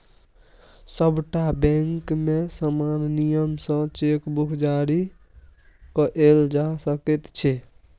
सभटा बैंकमे समान नियम सँ चेक बुक जारी कएल जा सकैत छै